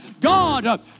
God